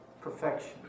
perfection